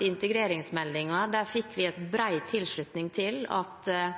I integreringsmeldingen fikk vi bred tilslutning til at man